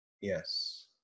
Yes